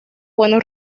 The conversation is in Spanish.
buenos